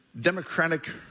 democratic